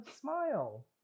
smile